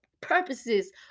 purposes